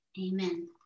Amen